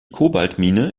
kobaltmine